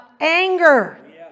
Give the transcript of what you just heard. anger